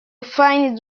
find